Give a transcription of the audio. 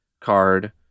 card